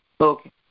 Okay